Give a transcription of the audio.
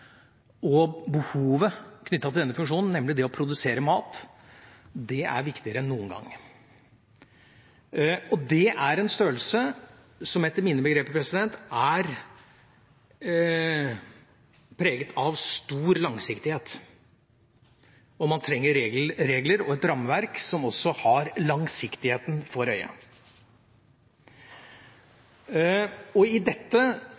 og behovet knyttet til denne funksjonen, nemlig det å produsere mat, er viktigere enn noen gang. Det er en størrelse som etter mine begreper er preget av stor langsiktighet, og man trenger regler og et rammeverk som også har langsiktigheten for øye. Når det gjelder dette, er det min oppfatning, og også Arbeiderpartiets oppfatning, at når man i